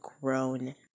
grown